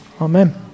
Amen